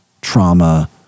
trauma